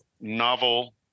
novel